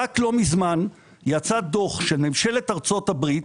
רק לא מזמן יצא דוח של ממשלת ארצות הברית